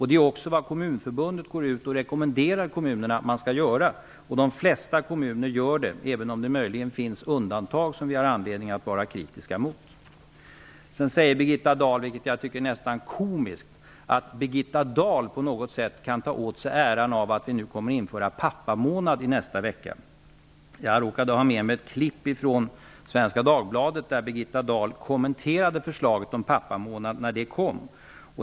Det är också vad Kommunförbundet rekommenderar kommunerna att göra, och de flesta kommuner gör det, även om det möjligen finns undantag som vi har anledning att vara kritiska mot. Birgitta Dahl sade också -- och det tycker jag är nästan komiskt -- att hon på något sätt skulle kunna ta åt sig äran av att vi nu nästa vecka kommer att införa pappamånad. Jag råkar ha med mig ett klipp från Svenska Dagbladet där Birgitta Dahl kommenterade förslaget om pappamånad när det kom.